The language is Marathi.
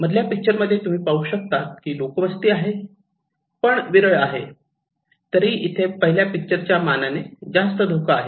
मधल्या पिक्चर मध्ये तुम्ही पाहू शकतात की लोकवस्ती आहे पण विरळ आहे तरीही इथे पहिल्या पिक्चरच्या मनाने जास्त धोका आहे